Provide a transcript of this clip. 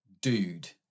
dude